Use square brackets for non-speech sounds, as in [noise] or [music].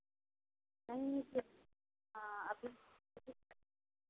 नहीं [unintelligible] हाँ अभी [unintelligible]